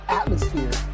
atmosphere